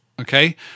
okay